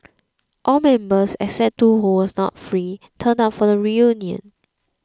all members except two who were not free turned up for reunion